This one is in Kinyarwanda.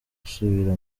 gusubira